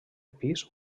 pis